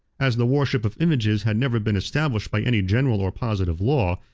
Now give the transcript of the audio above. as the worship of images had never been established by any general or positive law,